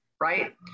right